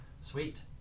Sweet